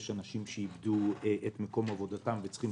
יש אנשים שאיבדו את מקום עבודתם וצריכים